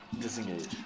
disengage